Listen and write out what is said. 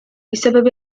بسبب